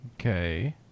Okay